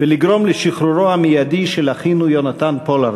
ולגרום לשחרורו המיידי של אחינו יונתן פולארד,